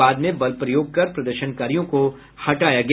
बाद में बल प्रयोग कर प्रदर्शनकारियों को हटाया गया